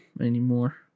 anymore